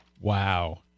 Wow